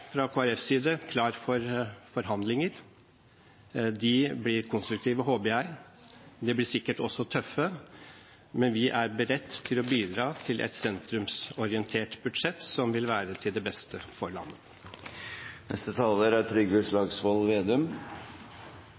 fra Kristelig Folkepartis side klar for forhandlinger. De blir konstruktive, håper jeg. De blir sikkert også tøffe, men vi er beredt til å bidra til et sentrumsorientert budsjett som vil være til det beste for landet.